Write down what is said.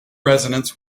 resonance